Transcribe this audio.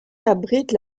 abrite